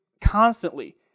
constantly